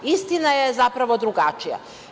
Istina je zapravo drugačija.